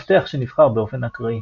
עם מפתח שנבחר באופן אקראי.